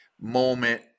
moment